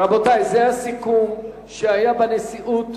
רבותי, זה הסיכום שהיה בנשיאות,